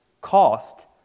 cost